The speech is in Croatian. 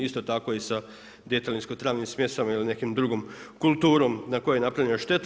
Isto tako i sa djetelinsko travnim smjesama ili nekom drugom kulturom na kojoj je napravljena šteta.